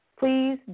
Please